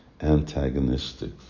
antagonistic